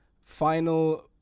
final